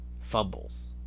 fumbles